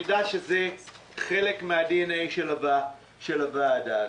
דע שזה חלק מן הדי-אן-אי של הוועדה הזו.